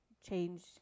change